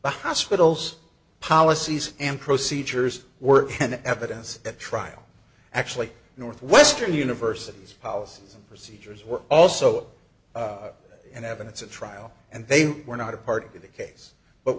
the hospital's policies and procedures were in evidence at trial actually northwestern university's policies and procedures were also in evidence at trial and they were not a part of the case but